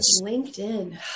LinkedIn